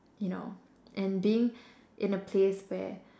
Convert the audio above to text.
you know and being in the place where